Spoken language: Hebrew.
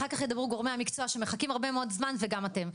אחר כך ידברו גורמי המקצוע שמחכים הרבה מאוד זמן וגם אתם.